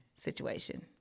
Situation